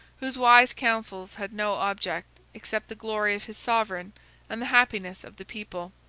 whose wise counsels had no object except the glory of his sovereign and the happiness of the people.